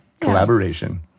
Collaboration